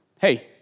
hey